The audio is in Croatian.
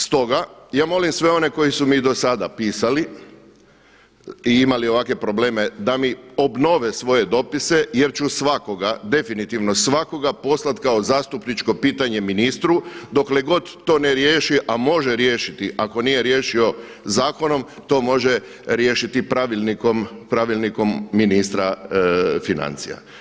Stoga, ja molim sve one koji su mi i do sada pisali i imali ovakve probleme da mi obnove svoje dopise jer ću svakoga, definitivno svakoga poslati kao zastupničko pitanje ministru dokle god to ne riješi a može riješiti ako nije riješio zakonom, to može riješiti pravilnikom ministra financija.